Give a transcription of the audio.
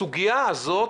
בסוגיה הזאת,